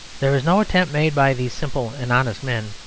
there is no attempt made by these simple and honest men,